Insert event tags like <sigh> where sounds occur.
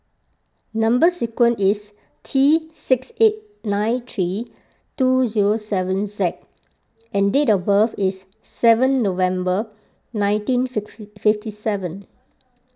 Number Sequence is T six eight nine three two zero seven Z and date of birth is seven November nineteen <unintelligible> fifty seven